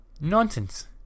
Nonsense